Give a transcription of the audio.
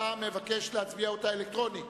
אתה מבקש להצביע אלקטרונית?